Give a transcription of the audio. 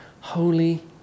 Holy